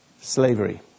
slavery